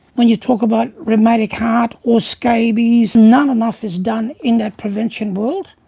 when you talk about rheumatic heart or scabies, not enough is done in that prevention world.